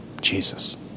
Jesus